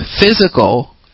physical